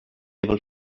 able